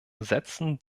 setzen